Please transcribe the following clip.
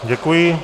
Děkuji.